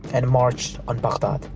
and marched on baghdad.